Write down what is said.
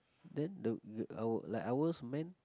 then the like ours men